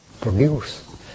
produce